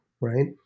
right